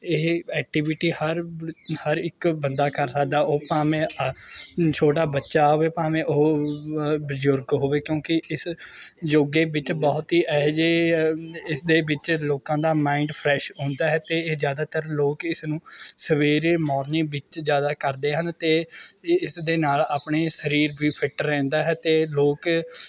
ਇਹ ਐਕਟੀਵਿਟੀ ਹਰ ਹਰ ਇੱਕ ਬੰਦਾ ਕਰ ਸਕਦਾ ਉਹ ਭਾਵੇਂ ਛੋਟਾ ਬੱਚਾ ਹੋਵੇ ਭਾਵੇਂ ਉਹ ਬਜ਼ੁਰਗ ਹੋਵੇ ਕਿਉਂਕਿ ਇਸ ਯੋਗੇ ਵਿੱਚ ਬਹੁਤ ਹੀ ਇਹੇ ਜਿਹੇ ਇਸਦੇ ਵਿੱਚ ਲੋਕਾਂ ਦਾ ਮਾਇੰਡ ਫਰੈੱਸ਼ ਹੁੰਦਾ ਹੈ ਅਤੇ ਇਹ ਜ਼ਿਆਦਾਤਰ ਲੋਕ ਇਸ ਨੂੰ ਸਵੇਰੇ ਮੋਰਨਿੰਗ ਵਿੱਚ ਜ਼ਿਆਦਾ ਕਰਦੇ ਹਨ ਅਤੇ ਇਹ ਇਸ ਦੇ ਨਾਲ ਆਪਣੇ ਸਰੀਰ ਵੀ ਫਿੱਟ ਰਹਿੰਦਾ ਹੈ ਅਤੇ ਲੋਕ